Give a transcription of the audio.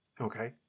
Okay